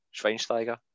Schweinsteiger